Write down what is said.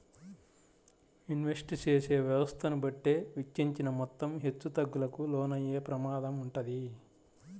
invest చేసే వ్యవస్థను బట్టే వెచ్చించిన మొత్తం హెచ్చుతగ్గులకు లోనయ్యే ప్రమాదం వుంటది